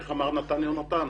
איך אמר נתן יונתן?